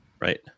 right